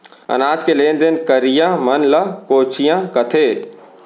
अनाज के लेन देन करइया मन ल कोंचिया कथें